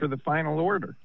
for the final order